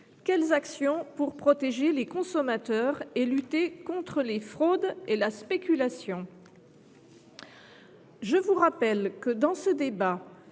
quelles actions pour protéger les consommateurs et lutter contre les fraudes et la spéculation ?» Nous allons maintenant